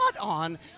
on